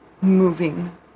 moving